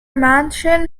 mansion